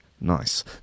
nice